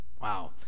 Wow